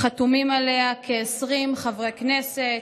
חתומים עליה כ-20 חברי כנסת.